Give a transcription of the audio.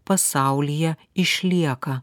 pasaulyje išlieka